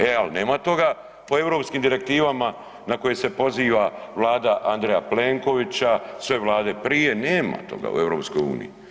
E ali nema toga po europskim direktivama na koje se poziva Vlada A. Plenkovića, sve Vlade prije, nema toga u EU.